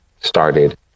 started